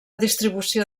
distribució